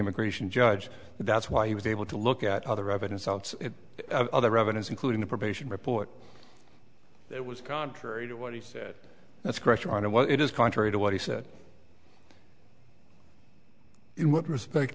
immigration judge that's why he was able to look at other evidence out other evidence including the probation report that was contrary to what he said that's pressure on him while it is contrary to what he said it with respect